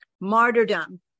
Martyrdom